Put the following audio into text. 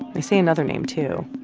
they say another name, too,